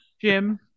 jim